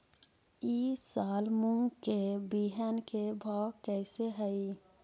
ई साल मूंग के बिहन के भाव कैसे हई?